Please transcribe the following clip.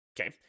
okay